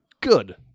good